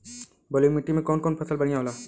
बलुई मिट्टी में कौन कौन फसल बढ़ियां होखेला?